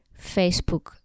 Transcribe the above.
Facebook